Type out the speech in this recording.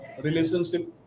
relationship